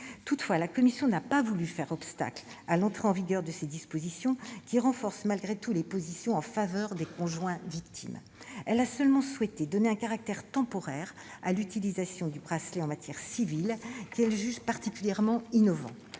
Toutefois, la commission n'a pas voulu faire obstacle à l'entrée en vigueur de ces dispositions, qui renforcent malgré tout la position des conjoints victimes. Elle a seulement souhaité donner un caractère temporaire à l'utilisation du bracelet anti-rapprochement en matière civile, qu'elle juge particulièrement innovante